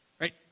Right